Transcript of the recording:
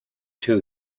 two